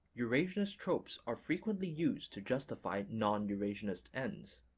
eurasianist tropes are frequently used to justify non-eurasianist ends.